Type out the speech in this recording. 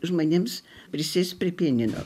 žmonėms prisėst prie pianino